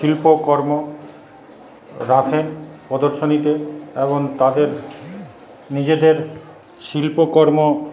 শিল্পকর্ম রাখেন প্রদর্শনীতে এবং তাদের নিজেদের শিল্পকর্ম